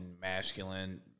masculine